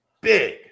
big